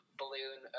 balloon